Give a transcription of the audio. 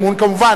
כמובן,